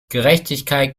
gerechtigkeit